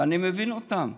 ואני מבין אותם.